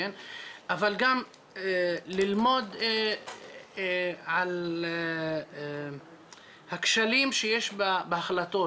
אבל גם ללמוד על הכשלים שיש בהחלטות.